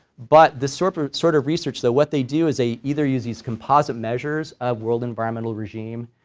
but this sort of sort of research though what they do is they either use these composite measures world environmental regime,